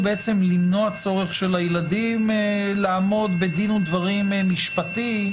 היא בעצם למנוע צורך של הילדים לעמוד בדין ודברים משפטי,